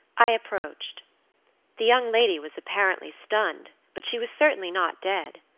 i approached the young lady was apparently stunned, but she was certainly not dead.